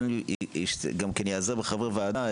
ואני גם איעזר בחברי ועדה,